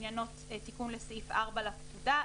שעניינו תיקון לסעיף (4) לפקודה,